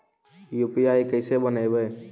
UPI कैसे बनइबै?